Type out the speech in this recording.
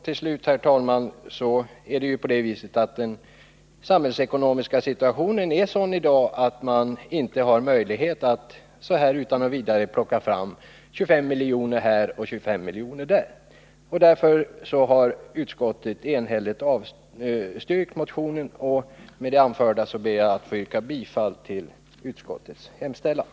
Till slut, herr talman, är det ju på det viset att den samhällsekonomiska situationen är sådan i dag att man inte har möjlighet att utan vidare plocka fram 25 miljoner här och 25 miljoner där. Därför har utskottet enhälligt avstyrkt motionen, och med det anförda ber jag att få yrka bifall till utskottets hemställan.